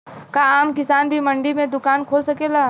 का आम किसान भी मंडी में दुकान खोल सकेला?